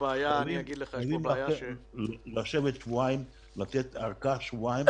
אני מציע לשבת שבועיים, לתת ארכה שבועיים,